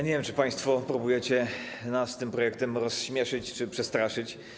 Nie wiem, czy państwo próbujecie nas tym projektem rozśmieszyć czy przestraszyć.